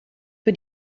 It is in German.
für